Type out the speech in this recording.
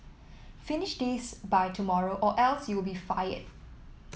finish this by tomorrow or else you'll be fired